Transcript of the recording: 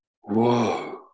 whoa